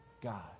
God